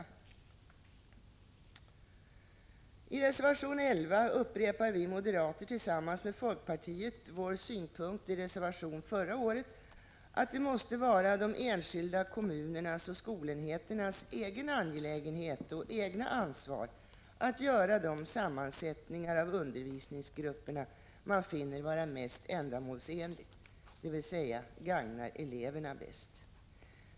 Fru talman! I reservation 11 upprepar vi moderater tillsammans med folkpartiet vår synpunkt i reservation förra året, att det måste vara de enskilda kommunernas och skolenheternas egen angelägenhet och egna ansvar att göra de sammansättningar av undervisningsgrupperna man finner vara mest ändamålsenliga, dvs. gagna eleverna bäst.